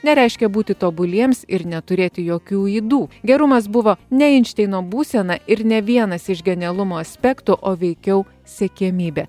nereiškia būti tobuliems ir neturėti jokių ydų gerumas buvo ne einšteino būsena ir ne vienas iš genialumo aspektų o veikiau siekiamybė